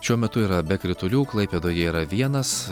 šiuo metu yra be kritulių klaipėdoje yra vienas